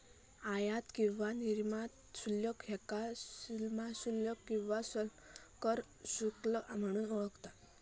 आयात किंवा निर्यात शुल्क ह्याका सीमाशुल्क किंवा कर शुल्क म्हणून पण ओळखतत